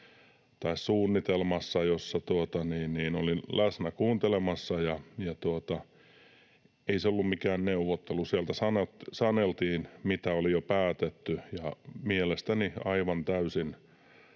tai suunnitelmassa, jossa olin läsnä kuuntelemassa, ja ei se ollut mikään neuvottelu. Siellä saneltiin, mitä oli jo päätetty, ja mielestäni aivan täysin